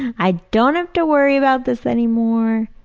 i don't have to worry about this anymore.